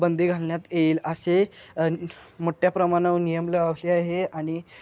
बंदी घालण्यात येईल असे मोठ्ठ्या प्रमाणावर नियम लावले हे आहे आणि